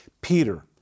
Peter